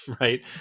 right